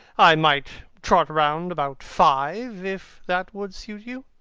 i might trot round about five if that would suit you.